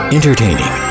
Entertaining